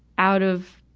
out of,